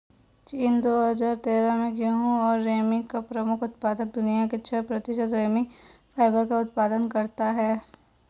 चीन, दो हजार तेरह में गेहूं और रेमी का प्रमुख उत्पादक, दुनिया के छह प्रतिशत रेमी फाइबर का उत्पादन करता है